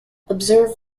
observe